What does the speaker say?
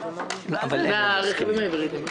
ברכבים ההיברידיים?